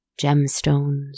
gemstones